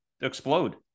explode